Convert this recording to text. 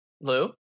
Lou